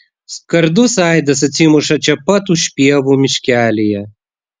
skardus aidas atsimuša čia pat už pievų miškelyje